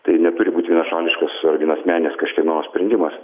tai neturi būt vienašališkas vien asmeninis kažkieno sprendimas